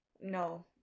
No